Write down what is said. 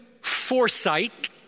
foresight